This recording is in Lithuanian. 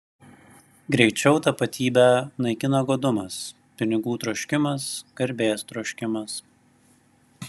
greičiau tapatybę naikina godumas pinigų troškimas garbės troškimas